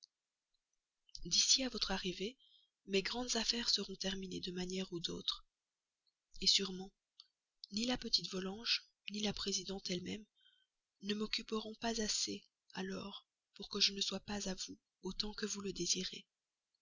d'ici à votre retour mes grandes affaires seront terminées de manière ou d'autre sûrement ni la petite volanges ni la présidente elle-même ne m'occuperont assez alors pour que je ne sois pas à vous autant que vous le désirerez